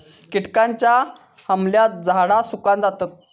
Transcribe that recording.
किटकांच्या हमल्यात झाडा सुकान जातत